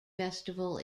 festival